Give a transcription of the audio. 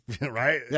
Right